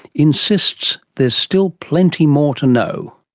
insists there's still plenty more to know.